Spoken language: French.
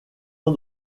ans